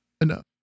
enough